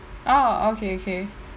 oh okay kay